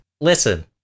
Listen